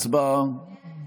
הצבעה.